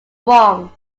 wrong